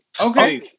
Okay